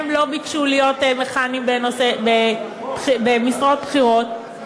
הם לא ביקשו לכהן במשרות בכירות.